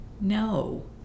No